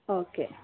okay